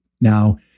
Now